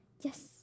Yes